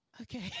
Okay